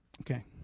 Okay